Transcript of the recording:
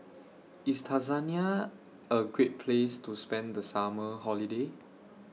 IS Tanzania A Great Place to spend The Summer Holiday